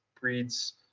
breeds